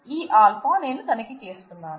ఈ α నేను తనిఖీ చేస్తున్నాను